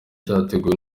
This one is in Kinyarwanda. cyateguwe